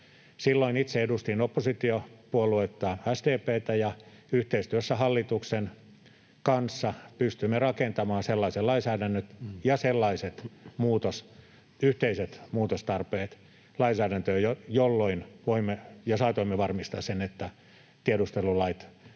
Silloin itse edustin oppositiopuolue SDP:tä, ja yhteistyössä hallituksen kanssa pystyimme rakentamaan sellaisen lainsäädännön ja sellaiset yhteiset muutostarpeet lainsäädäntöön, jolloin voimme ja saatoimme varmistaa sen, että tiedustelulait